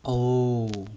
oh